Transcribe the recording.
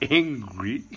angry